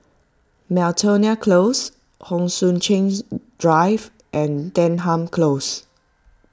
Miltonia Close Hon Sui Drive and Denham Close